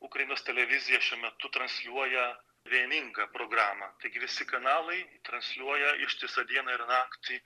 ukrainos televizija šiuo metu transliuoja vieningą programą taigi visi kanalai transliuoja ištisą dieną ir naktį